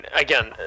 again